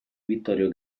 vittorio